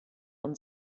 und